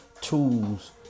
tools